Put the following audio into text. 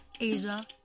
Asia